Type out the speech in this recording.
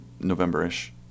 November-ish